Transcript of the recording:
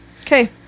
okay